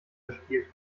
gespielt